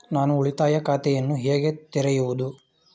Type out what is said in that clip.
ನಾನು ಉಳಿತಾಯ ಖಾತೆಯನ್ನು ಹೇಗೆ ತೆರೆಯುವುದು?